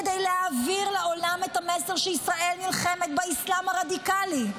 כדי להעביר לעולם את המסר שישראל נלחמת באסלאם הרדיקלי?